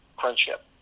friendship